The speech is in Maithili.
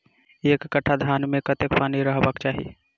एक कट्ठा धान मे कत्ते पानि रहबाक चाहि?